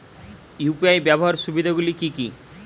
UPI ব্যাবহার সুবিধাগুলি কি কি?